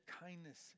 kindness